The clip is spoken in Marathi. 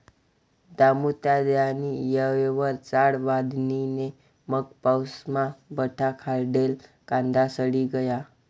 दामुतात्यानी येयवर चाळ बांधी नै मंग पाऊसमा बठा खांडेल कांदा सडी गया